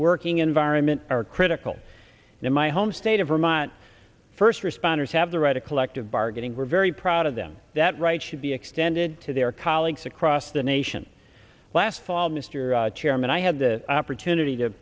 working environment are critical in my home state of vermont first responders have the right to collective bargaining we're very proud of them that right should be extended to their colleagues across the nation last fall mr chairman i had the opportunity to